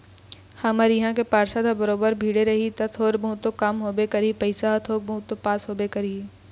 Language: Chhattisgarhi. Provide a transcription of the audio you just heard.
हमर इहाँ के पार्षद ह बरोबर भीड़े रही ता थोर बहुत तो काम होबे करही पइसा ह थोक बहुत तो पास होबे करही